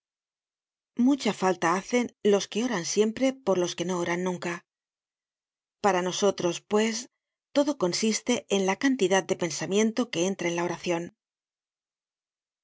mucha falta hacen los que oran siempre por los que no oran nunca para nosotros pues todo consiste en la cantidad de pensamiento que entra en la oracion